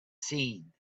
seen